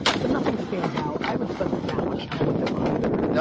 but nothing stands out. i haven't spent that much time with them either,